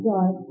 God